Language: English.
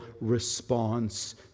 response